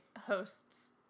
hosts